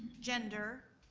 gender,